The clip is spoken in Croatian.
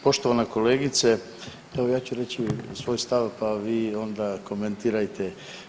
Poštovana kolegice evo ja ću reći svoj stav pa vi onda komentirajte.